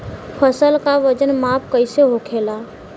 फसल का वजन माप कैसे होखेला?